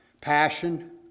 passion